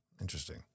Interesting